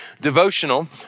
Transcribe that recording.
devotional